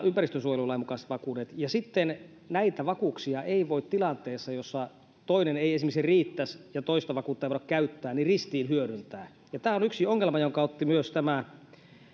ympäristönsuojelulain mukaiset vakuudet näitä vakuuksia ei voi tilanteessa jossa toinen ei esimerkiksi riitä ja toista vakuutta ei voida käyttää ristiin hyödyntää tämä on yksi ongelma jonka otti myös tämä